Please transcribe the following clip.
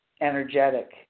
Energetic